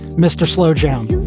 mr. slow down.